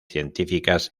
científicas